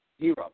Zero